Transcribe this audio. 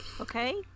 Okay